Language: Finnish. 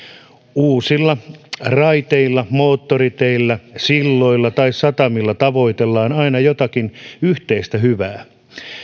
uusilla raiteilla moottoriteillä silloilla tai satamilla tavoitellaan aina jotakin yhteistä hyvää